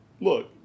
Look